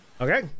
Okay